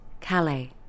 Calais